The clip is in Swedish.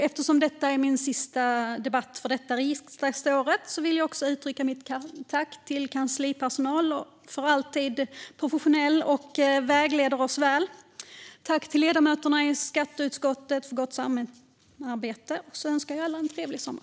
Eftersom detta är min sista debatt detta riksdagsår vill jag uttrycka mitt tack till kanslipersonalen, som alltid är professionell och vägleder oss väl. Tack också till ledamöterna i skatteutskottet för gott samarbete! Jag önskar alla en trevlig sommar.